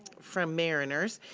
from mariners,